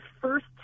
first